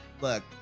look